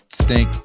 stink